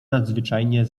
nadzwyczajnie